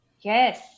Yes